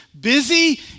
Busy